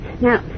Now